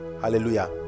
Hallelujah